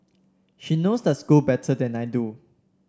she knows the school better than I do